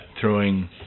throwing